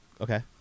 Okay